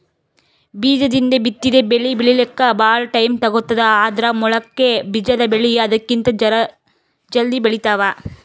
ಬೀಜದಿಂದ್ ಬಿತ್ತಿದ್ ಬೆಳಿ ಬೆಳಿಲಿಕ್ಕ್ ಭಾಳ್ ಟೈಮ್ ತಗೋತದ್ ಆದ್ರ್ ಮೊಳಕೆ ಬಿಜಾದ್ ಬೆಳಿ ಅದಕ್ಕಿಂತ್ ಜರ ಜಲ್ದಿ ಬೆಳಿತಾವ್